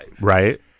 Right